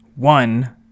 One